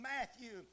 Matthew